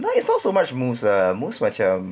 no it's not so much muz ah muz macam